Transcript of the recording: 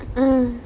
mm